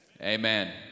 amen